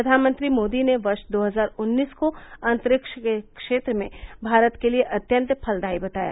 प्रधानमंत्री मोदी ने वर्ष दो हजार उन्नीस को अंतरिक्ष के क्षेत्र में भारत के लिए अत्यंत फलदायी बताया